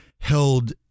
held